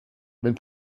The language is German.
wenn